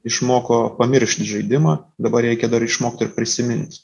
išmoko pamiršti žaidimą dabar reikia dar išmokt ir prisimint